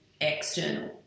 external